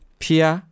pia